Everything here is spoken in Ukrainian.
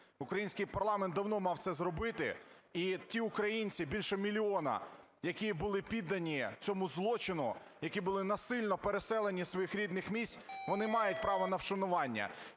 Український парламент давно мав це зробити. І ті українці, більше мільйона, які були піддані цьому злочину, які були насильно переселені із своїх рідних місць, вони мають право на вшанування.